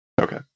Okay